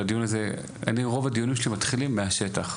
רוב הדיונים מתחילים מהשטח.